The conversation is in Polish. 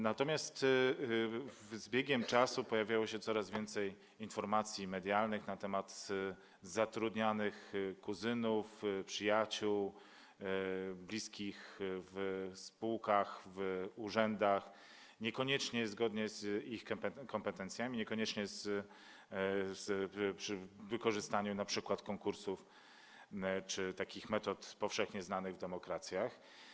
Natomiast z biegiem czasu pojawiało się coraz więcej informacji medialnych na temat zatrudniania kuzynów, przyjaciół, bliskich w spółkach, w urzędach niekoniecznie zgodnie z ich kompetencjami, niekoniecznie z wykorzystaniem konkursów czy innych metod powszechnie znanych w demokracjach.